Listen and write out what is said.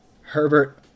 Herbert